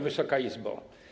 Wysoka Izbo!